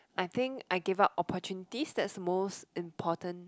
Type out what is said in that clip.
I think I gave up opportunities that's most important